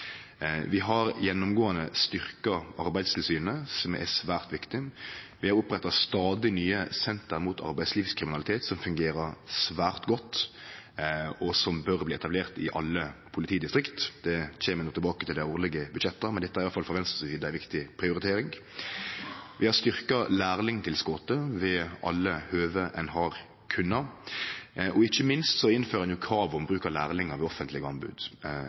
Vi har gjennomgåande styrkt Arbeidstilsynet, som er svært viktig, Vi opprettar stadig nye senter mot arbeidslivskriminalitet, som fungerer svært godt, og som bør bli etablerte i alle politidistrikt. Det kjem ein tilbake til i dei årlege budsjetta, men dette er i alle fall for Venstre ei viktig prioritering. Vi har styrkt lærlingtilskotet ved alle høve vi har kunna, og ikkje minst innfører vi krav om bruk av lærlingar ved offentlege anbod,